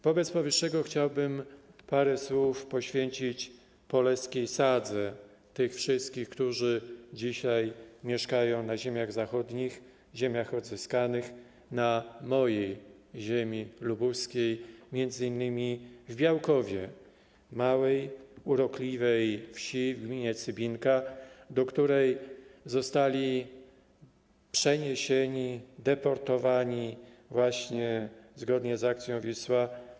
Wobec powyższego chciałbym parę słów poświęcić poleskiej sadze tych wszystkich, którzy dzisiaj mieszkają na ziemiach zachodnich, Ziemiach Odzyskanych, na mojej ziemi lubuskiej, m.in. w Białkowie, małej, urokliwej wsi w gminie Cybinka, do której zostali przeniesieni, deportowani zgodnie z akcją „Wisła”